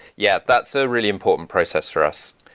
yeah. that's a really important process for us.